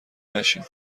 نشیم